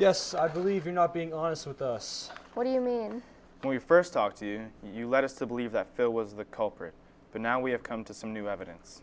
yes i believe you're not being honest with us what do you mean when we first talked to you you led us to believe that there was the culprit but now we have come to some new evidence